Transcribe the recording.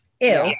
Ew